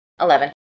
Eleven